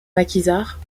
maquisards